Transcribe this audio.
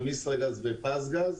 אמישראגז ופזגז